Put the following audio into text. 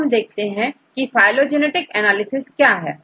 अब हम देखते हैं की फाइलोजनेटिक एनालिसिस क्या है